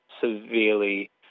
severely